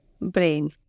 brain